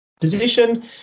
position